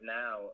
now